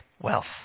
wealth